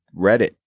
Reddit